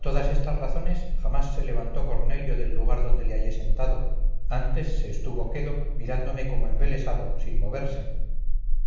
todas estas razones jamás se levantó cornelio del lugar donde le hallé sentado antes se estuvo quedo mirándome como embelesado sin moverse